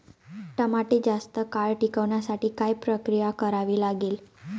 टमाटे जास्त काळ टिकवण्यासाठी काय प्रक्रिया करावी लागेल?